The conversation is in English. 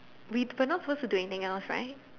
we not suppose to do anything else right